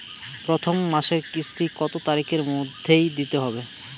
প্রথম মাসের কিস্তি কত তারিখের মধ্যেই দিতে হবে?